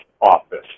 office